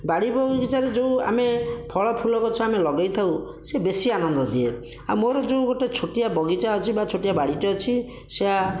ବାଡ଼ି ବଗିଚାରେ ଯେଉଁ ଆମେ ଫଳଫୁଲ ଗଛ ଆମେ ଲଗେଇଥାଉ ସେ ବେଶି ଆନନ୍ଦ ଦିଏ ଆଉ ମୋର ଯେଉଁ ଗୋଟିଏ ଛୋଟିଆ ବଗିଚା ଅଛି ବା ଛୋଟିଆ ବାଡ଼ିଟିଏ ଅଛି ସେୟା